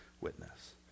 witness